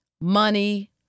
money